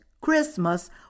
Christmas